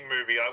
movie